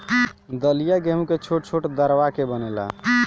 दलिया गेंहू के छोट छोट दरवा के बनेला